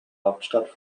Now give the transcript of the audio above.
hauptstadt